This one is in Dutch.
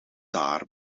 daar